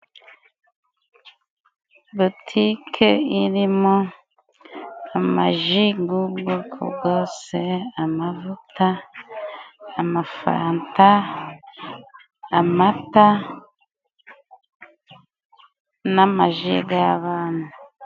Butike irimo amaji g'ubwoko bwose, amavuta ,amafanta amata, n'amaji g'abana.